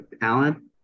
Alan